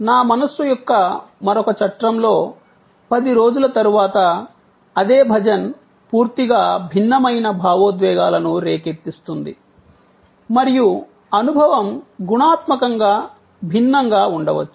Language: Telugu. నా మనస్సు యొక్క మరొక చట్రంలో పది రోజుల తరువాత అదే భజన్ పూర్తిగా భిన్నమైన భావోద్వేగాలను రేకెత్తిస్తుంది మరియు అనుభవం గుణాత్మకంగా భిన్నంగా ఉండవచ్చు